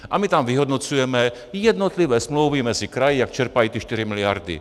A my tam vyhodnocujeme jednotlivé smlouvy mezi kraji, jak čerpají ty 4 miliardy.